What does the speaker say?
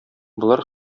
болар